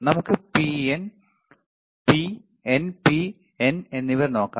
നമുക്ക് P N P N എന്നിവ നോക്കാം